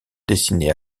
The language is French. dessinée